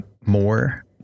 more